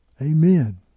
Amen